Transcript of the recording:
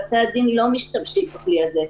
בתי הדין לא משתמשים בכלי הזה.